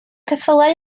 ceffylau